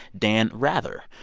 dan rather.